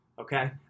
okay